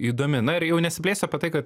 įdomi na ir jau nesiplėsiu apie tai kad